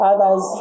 Others